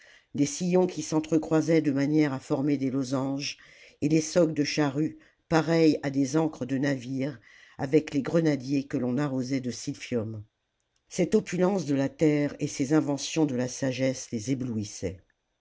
les sillons qui s'entre-croisaient de manière à former des losanges et les socs de charrues pareils à des ancres de navire avec les grenadiers que l'on arrosait de silphium cette opulence de la terre et ces inventions de la sagesse les éblouissaient